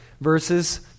verses